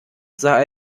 sah